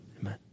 amen